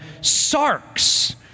sarks